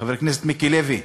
חבר כנסת מיקי לוי,